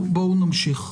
נמשיך.